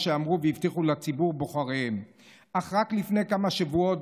שאמרו והבטיחו לציבור בוחריהם אך רק לפני כמה שבועות,